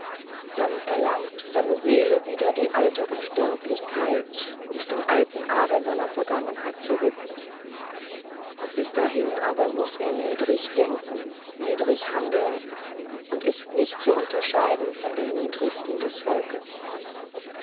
dann erlangt seine seele wieder die alte unsterblichkeit und den alten adel seiner vergangenheit zurück bis dahin aber muß er niedrig denken niedrig handeln und ist nicht zu unterscheiden von den niedersten des volkes